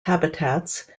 habitats